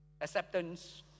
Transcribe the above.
acceptance